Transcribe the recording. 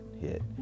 hit